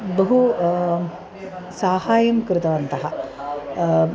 बहु साहायं कृतवन्तः